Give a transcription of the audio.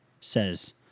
says